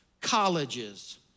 colleges